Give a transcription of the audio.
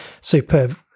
superb